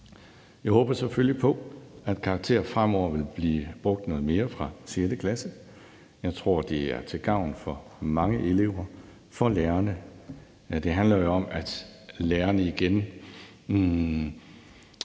Jeg håber selvfølgelig på, at karakterer fremover vil blive brugt noget mere fra 6. klasse. Jeg tror, det er til gavn for mange elever og for lærerne. Det handler jo om, at lærerne igen